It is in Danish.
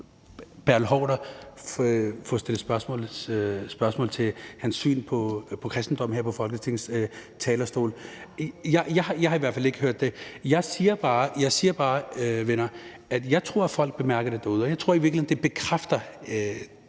jeg tror, at folk bemærker det derude, og jeg tror i virkeligheden, det bekræfter den